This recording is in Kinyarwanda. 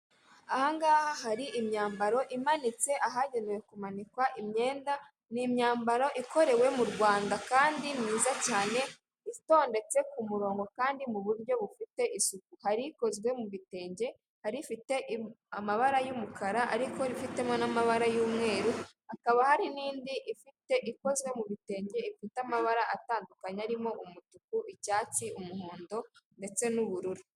Aha ngaha hari imyambaro imanitse ahagenewe kumanikwa imyenda, ni imyambaro ikorewe mu Rwanda kandi myiza cyane, itondetse ku murongo kandi mu buryo bufite isuku. Hari ikozwe mu bitenge, hari ifite amabara y'umukara ariko ifitemo n'amabara y'umweru, hakaba hari n'indi ikoze mu bitenge, ifite amabara atandukanye arimo umutuku, icyatsi, umuhondo ndetse n'ubururu.